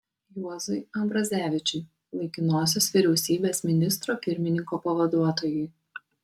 juozui ambrazevičiui laikinosios vyriausybės ministro pirmininko pavaduotojui